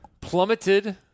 Plummeted